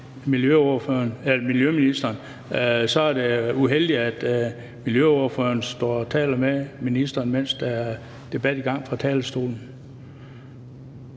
miljøministeren. Så er det uheldigt, at miljøordføreren står og taler med ministeren, mens der er en tale i gang fra talerstolen.